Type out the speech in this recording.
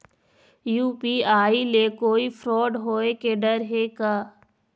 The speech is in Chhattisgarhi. यू.पी.आई ले कोई फ्रॉड होए के डर हे का?